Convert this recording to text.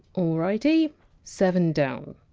alrighty seven down.